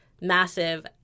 massive